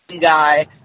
guy